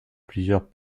plusieurs